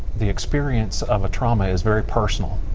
the experience of a trauma is very personal